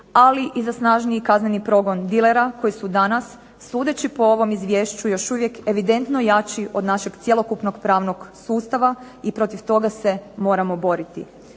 ali i za snažniji kazneni progon dilera koji su danas sudeći po ovom izvješću još uvijek evidentno jači od našeg cjelokupnog pravnog sustava, i protiv toga se moramo boriti.